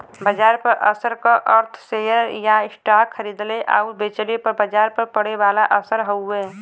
बाजार पर असर क अर्थ शेयर या स्टॉक खरीदले आउर बेचले पर बाजार पर पड़े वाला असर हउवे